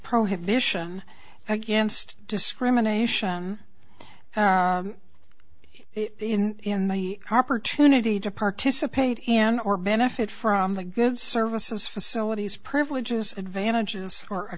vision against discrimination it in the opportunity to participate in or benefit from the good services facilities privileges advantages or